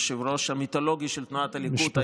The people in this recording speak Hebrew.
היושב-ראש המיתולוגי של תנועת הליכוד,